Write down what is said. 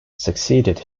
succeeded